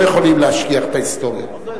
לא יכולים להשכיח את ההיסטוריה.